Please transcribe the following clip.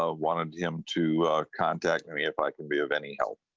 ah want and him to contact and me if i could be of any help.